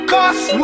Cause